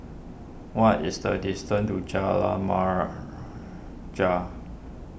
what is the distance to Jalan Remaja